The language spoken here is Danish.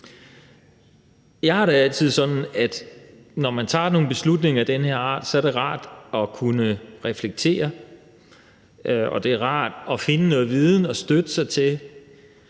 Jeg har det altid sådan, at når man tager nogle beslutninger af den her art, er det rart at kunne reflektere, og det er rart at finde noget viden at støtte sig til,